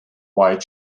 white